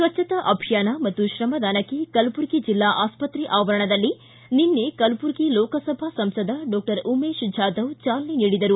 ಸ್ವಚ್ದತಾ ಅಭಿಯಾನ ಮತ್ತು ಶ್ರಮದಾನಕ್ಕೆ ಕಲಬುರಗಿ ಜಿಲ್ಲಾ ಆಸ್ವತ್ರೆ ಆವರಣದಲ್ಲಿ ನಿನ್ನೆ ಕಲಬುರಗಿ ಲೋಕಸಭಾ ಸಂಸದ ಡಾಕ್ಟರ್ ಉಮೇಶ ಜಾಧವ್ ಚಾಲನೆ ನೀಡಿದರು